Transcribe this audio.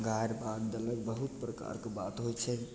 गारि बात देलक बहुत प्रकारके बात होइ छै